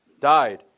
died